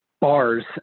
Bars